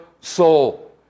soul